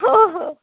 हो हो